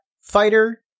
fighter